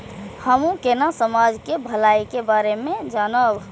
हमू केना समाज के भलाई के बारे में जानब?